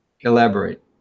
Elaborate